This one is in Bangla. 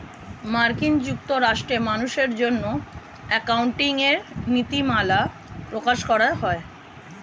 মার্কিন যুক্তরাষ্ট্রে মানুষের জন্য অ্যাকাউন্টিং এর নীতিমালা প্রকাশ করা হয়